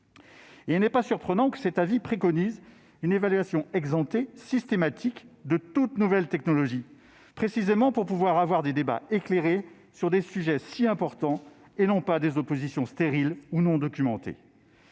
Il n'est pas surprenant que cet avis préconise une évaluation systématique de toute nouvelle technologie, précisément pour pouvoir avoir des débats éclairés sur des sujets si importants et non pas des oppositions stériles ou non documentées.